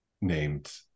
named